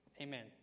Amen